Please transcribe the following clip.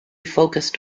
focused